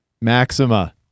Maxima